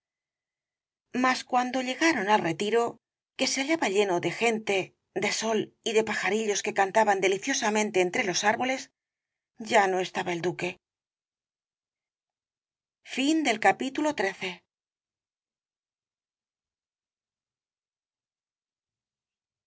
mas cuando llegaron al retiro que se hallaba lleno de gente de sol y de paj arillos que cantaban deliciosamente entre los árboles ya no estaba el duque rosalía de